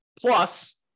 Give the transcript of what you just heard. Plus